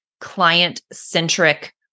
client-centric